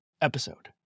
episode